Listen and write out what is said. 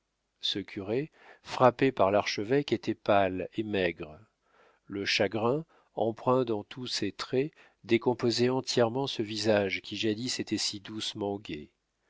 ce curé frappé par l'archevêque était pâle et maigre le chagrin empreint dans tous ses traits décomposait entièrement ce visage qui jadis était si doucement gai